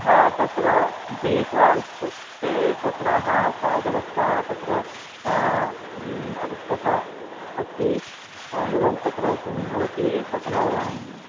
हा तत्र वेषः इत्युक्ते तत्र हा पादरक्षा तत्र अवश्यकता अस्ति एवं तत्र किं भवति तत्र एवम्